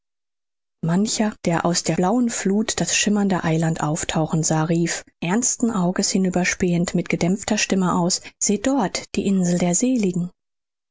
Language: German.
mancher der aus der blauen fluth das schimmernde eiland auftauchen sah rief ernsten auges hinüberspähend mit gedämpfter stimme aus seht dort die insel der seligen